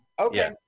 Okay